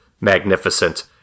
magnificent